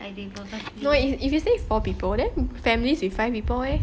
no if if you say four people then families with five people leh